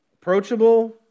approachable